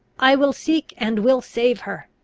i will seek, and will save her!